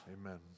Amen